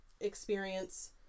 experience